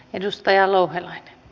edustajan lohelle